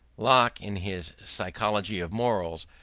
locke, in his psychology of morals,